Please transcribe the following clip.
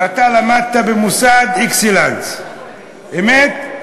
ואתה למדת במוסד אקסלנס, אמת?